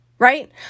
Right